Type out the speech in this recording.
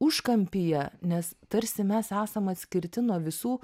užkampyje nes tarsi mes esam atskirti nuo visų